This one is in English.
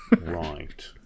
right